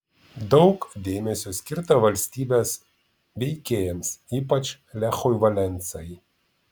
daug dėmesio skirta valstybės veikėjams ypač lechui valensai